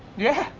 yeah.